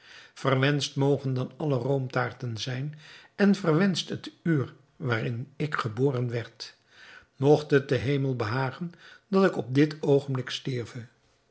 verwenscht mogen dan alle roomtaarten zijn en verwenscht het uur waarin ik geboren werd mogt het den hemel behagen dat ik op dit oogenblik stierve